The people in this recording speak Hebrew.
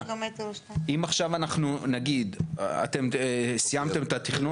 אם עכשיו אנחנו נגיד שאתם סיימתם את התכנון